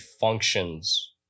functions